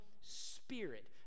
spirit